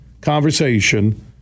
conversation